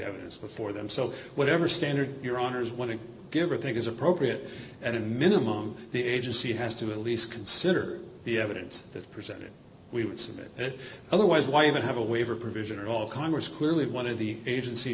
evidence before them so whatever standard your honour's want to give or think is appropriate at a minimum the agency has to at least consider the evidence that's presented we would submit it otherwise why even have a waiver provision at all congress clearly wanted the agency